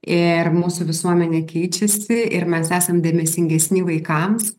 ir mūsų visuomenė keičiasi ir mes esam dėmesingesni vaikams